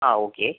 ആ ഓക്കെ